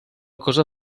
cosa